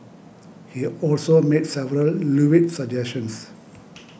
he also made several lewd suggestions